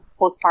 postpartum